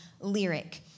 lyric